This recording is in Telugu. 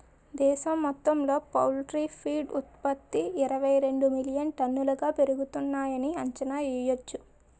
దేశం మొత్తంలో పౌల్ట్రీ ఫీడ్ ఉత్త్పతి ఇరవైరెండు మిలియన్ టన్నులుగా పెరుగుతున్నాయని అంచనా యెయ్యొచ్చు